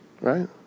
right